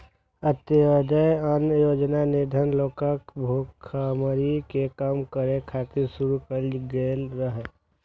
अंत्योदय अन्न योजना निर्धन लोकक भुखमरी कें कम करै खातिर शुरू कैल गेल रहै